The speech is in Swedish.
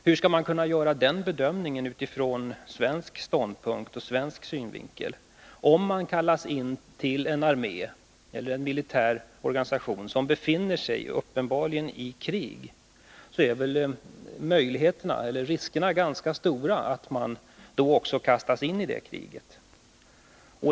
Hur skall man kunna göra den bedömningen utifrån svensk ståndpunkt och svensk synvinkel? Om någon kallas in till en armé eller en militär organisation som uppenbarligen befinner sig i krig, så är väl riskerna ganska stora att han också kastas in i kriget.